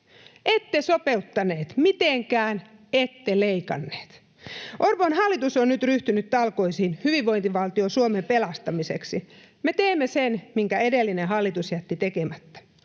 Ette sopeuttaneet mitenkään, ette leikanneet. Orpon hallitus on nyt ryhtynyt talkoisiin hyvinvointivaltio Suomen pelastamiseksi. Me teemme sen, minkä edellinen hallitus jätti tekemättä.